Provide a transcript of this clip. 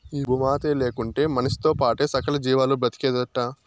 ఈ భూమాతే లేకుంటే మనిసితో పాటే సకల జీవాలు బ్రతికేదెట్టా